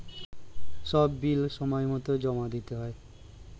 সব বিল সময়মতো জমা দিতে হয়